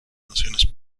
naciones